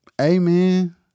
amen